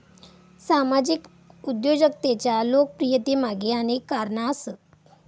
सामाजिक उद्योजकतेच्या लोकप्रियतेमागे अनेक कारणा आसत